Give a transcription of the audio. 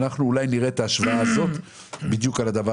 שאנחנו אולי נראה את ההשוואה הזאת בדיוק על הדבר